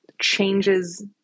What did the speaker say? changes